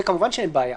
עם זה כמובן שאין בעיה.